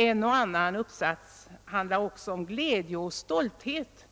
En och annan uppsats handlar också om glädje och stolthet,